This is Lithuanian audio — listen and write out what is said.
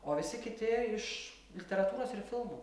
o visi kiti iš literatūros ir filmų